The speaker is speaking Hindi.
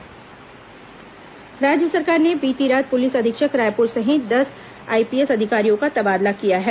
तबादला राज्य सरकार ने बीती रात पुलिस अधीक्षक रायपुर सहित दस आईपीएस अधिकारियों का तबादला किया है